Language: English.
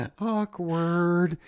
Awkward